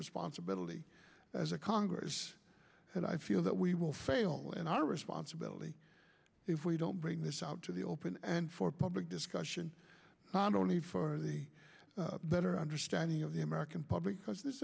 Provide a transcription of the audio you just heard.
responsibility as a congress and i feel that we will fail in our responsibility if we don't bring this out to the open and for public discussion not only for the better understanding of the american public because this